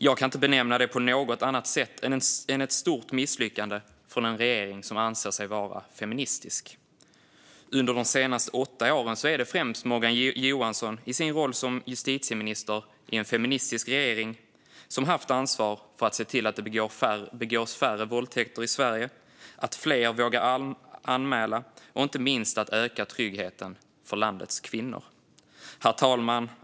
Jag kan inte benämna det på något annat sätt än som ett stort misslyckande från en regering som anser sig vara feministisk. Under de senaste åtta åren är det främst Morgan Johansson i sin roll som justitieminister i en feministisk regering som har haft ansvar för att se till att det begås färre våldtäkter i Sverige, att fler vågar anmäla och inte minst att öka tryggheten för landets kvinnor. Herr talman!